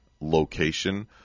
location